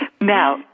Now